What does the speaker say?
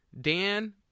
Dan